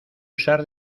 usar